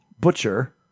Butcher